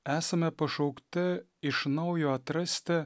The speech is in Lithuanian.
esame pašaukti iš naujo atrasti